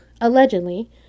allegedly